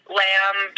lamb